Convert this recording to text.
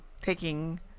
Taking